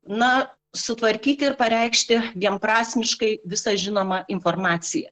na sutvarkyti ir pareikšti vienprasmiškai visą žinomą informaciją